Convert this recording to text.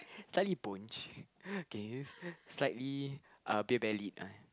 slightly punched okay slightly uh beer bellied